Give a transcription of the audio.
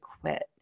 quit